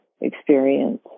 experience